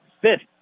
Fifth